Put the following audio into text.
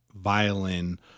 violin